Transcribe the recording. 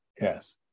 Yes